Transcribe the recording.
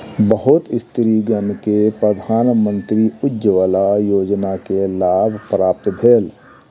बहुत स्त्रीगण के प्रधानमंत्री उज्ज्वला योजना के लाभ प्राप्त भेल